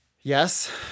Yes